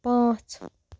پانٛژ